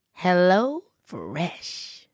HelloFresh